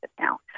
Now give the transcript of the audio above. now